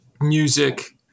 music